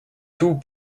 tout